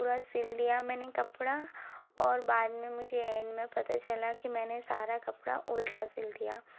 पूरा सिल दिया मैंने कपड़ा और बाद में मुझे एंड में पता चला कि मैंने सारा कपड़ा उल्टा सिल दिया